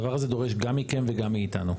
הדבר הזה דורש גם מכם וגם מאתנו.